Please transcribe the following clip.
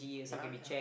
ya ya